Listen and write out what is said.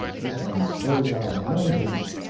this one throws out no hints,